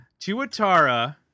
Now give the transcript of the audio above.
Tuatara